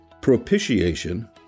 propitiation